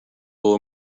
will